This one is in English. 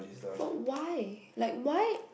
but why like why